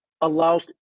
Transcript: allows